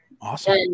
Awesome